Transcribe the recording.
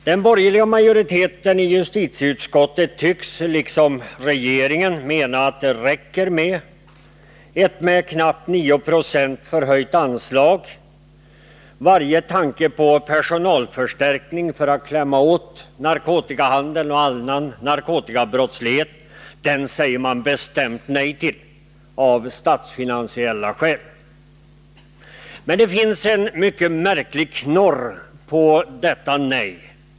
Den borgerliga majoriteten i justitieutskottet tycks, liksom regeringen, mena att det räcker med ett med knappt 9 20 förhöjt anslag. Varje tanke på personalförstärkning för att vi skall kunna klämma åt narkotikahandeln och annan narkotikabrottslighet säger man bestämt nej till — av statsfinansiella skäl. Men det finns en högst märklig knorr på detta nej.